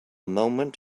moment